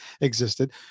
existed